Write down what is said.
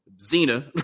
Zena